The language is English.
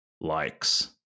likes